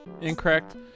Incorrect